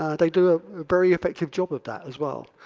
ah they do a very effective job of that as well.